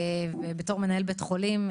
ובתור מנהל בית חולים,